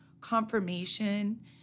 confirmation